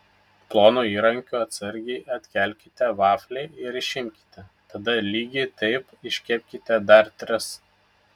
plonu įrankiu atsargiai atkelkite vaflį ir išimkite tada lygiai taip iškepkite dar tris